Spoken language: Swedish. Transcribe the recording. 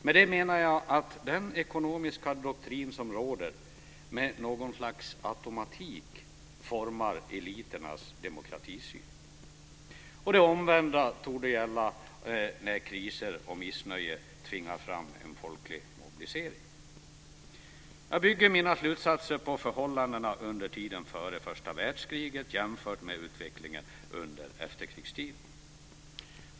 Med det menar jag att den ekonomiska doktrin som råder med något slags automatik formar eliternas demokratisyn. Det omvända torde gälla när kriser och missnöje tvingar fram en folklig mobilisering. Jag bygger mina slutsatser på förhållandena under tiden före första världskriget jämfört med utvecklingen under efterkrigstiden.